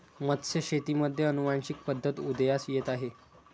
मत्स्यशेतीमध्ये अनुवांशिक पद्धत उदयास येत आहे